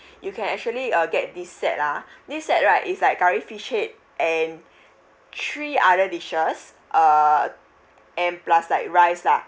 you can actually uh get this set lah this set right is like curry fish head and three other dishes uh and plus like rice lah